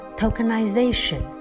tokenization